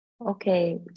Okay